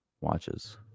watches